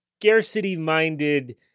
scarcity-minded